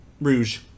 Rouge